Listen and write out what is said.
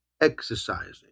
exercising